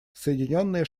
соединенные